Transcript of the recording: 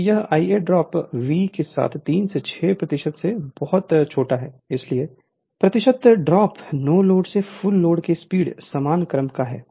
तो यह Ia drop V के 3 से 6 प्रतिशत में बहुत छोटा है इसलिए प्रतिशत ड्रॉप नो लोड से फुल लोड की स्पीड समान क्रम का है